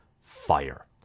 fire